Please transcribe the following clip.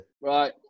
Right